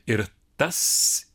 ir tas